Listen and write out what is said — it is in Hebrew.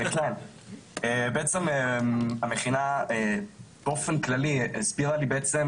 בעצם המכינה באופן כללי הסבירה לי בעצם